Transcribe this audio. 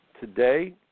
Today